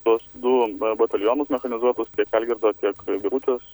tuos du batalionus mechanizuotus tiek algirdo tiek birutės